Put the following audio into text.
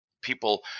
people